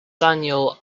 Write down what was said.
daniel